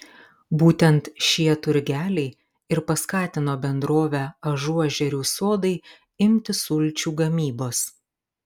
būtent šie turgeliai ir paskatino bendrovę ažuožerių sodai imtis sulčių gamybos